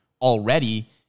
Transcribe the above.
already